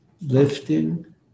Lifting